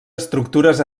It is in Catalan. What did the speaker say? estructures